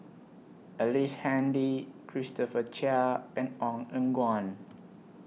Ellice Handy Christopher Chia and Ong Eng Guan